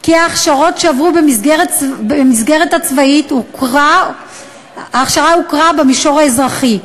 כי ההכשרה שעברו במסגרת הצבאית הוכרה במישור האזרחי.